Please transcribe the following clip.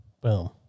boom